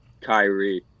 Kyrie